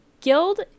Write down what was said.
guild